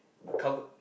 cupboard